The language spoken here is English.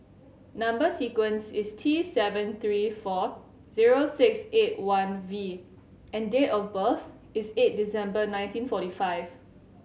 number sequence is T seven three four zero six eight one V and date of birth is eight December nineteen forty five